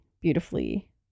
beautifully